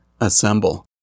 Assemble